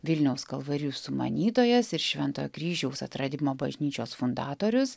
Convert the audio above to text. vilniaus kalvarijų sumanytojas ir šventojo kryžiaus atradimo bažnyčios fundatorius